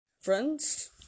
Friends